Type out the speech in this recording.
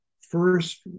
first